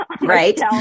Right